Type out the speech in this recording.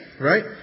right